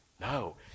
No